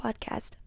Podcast